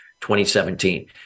2017